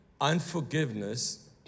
unforgiveness